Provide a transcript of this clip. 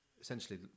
essentially